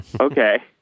Okay